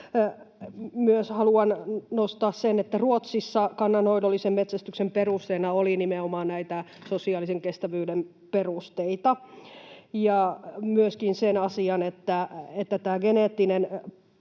haluan nostaa sen, että Ruotsissa kannanhoidollisen metsästyksen perusteena oli nimenomaan näitä sosiaalisen kestävyyden perusteita. Ja tämä geneettinen